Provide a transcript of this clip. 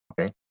okay